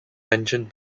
mentioned